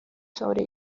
sobre